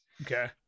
okay